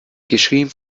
geschrieben